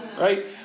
right